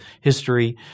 history